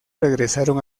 regresaron